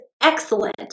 excellent